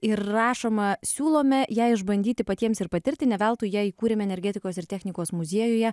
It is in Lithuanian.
ir rašoma siūlome ją išbandyti patiems ir patirti ne veltui ją įkūrėme energetikos ir technikos muziejuje